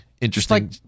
interesting